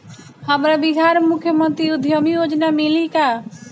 हमरा बिहार मुख्यमंत्री उद्यमी योजना मिली का?